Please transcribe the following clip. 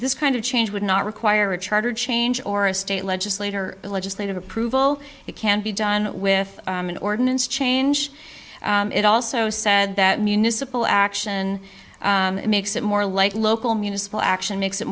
this kind of change would not require a charter change or a state legislator legislative approval it can be done with an ordinance change it also said that municipal action makes it more like local municipal action makes it